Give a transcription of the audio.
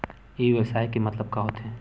ई व्यवसाय के मतलब का होथे?